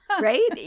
right